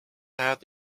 head